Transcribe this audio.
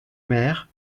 mer